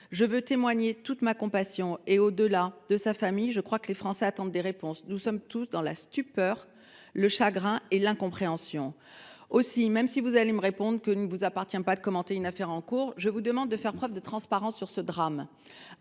Je veux leur témoigner toute ma compassion. Au delà de sa famille, je crois que les Français attendent des réponses. Nous sommes tous dans la stupeur, le chagrin et l’incompréhension. Aussi, madame la ministre, même si je devine que vous allez me répondre qu’il ne vous appartient pas de commenter une affaire en cours, je vous demande de faire preuve de transparence sur ce drame.